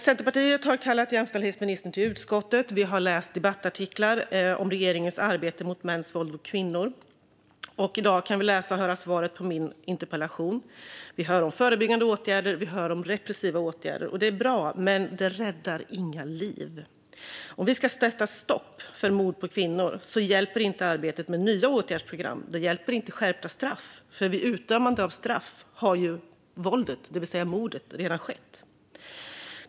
Centerpartiet har kallat jämställdhetsministern till utskottet. Vi har läst debattartiklar om regeringens arbete mot mäns våld mot kvinnor. I dag kan vi läsa och höra svaret på min interpellation. Vi hör om förebyggande åtgärder, och vi hör om repressiva åtgärder. Det är bra, men det räddar inga liv. Om vi ska sätta stopp för mord på kvinnor hjälper inte arbetet med nya åtgärdsprogram. Då hjälper inte skärpta straff, för vid utdömande av straff har våldet, det vill säga mordet, redan skett.